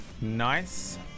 Nice